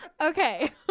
okay